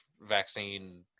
vaccine